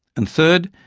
and third,